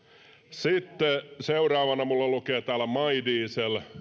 sitten seuraavana minulla lukee täällä my diesel